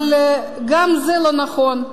אבל גם זה לא נכון,